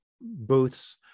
booths